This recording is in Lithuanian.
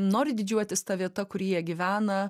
nori didžiuotis ta vieta kur jie gyvena